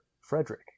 Frederick